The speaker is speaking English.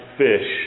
fish